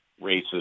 racist